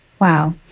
Wow